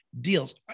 deals